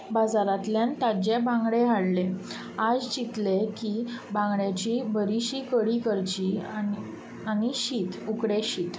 बाजारांतल्यान ताज्जे बांगडे हाडले आयज चिंतलें की बांगड्याची बरिशी कडी करची आनी आनी शीत उकडें शीत